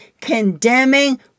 condemning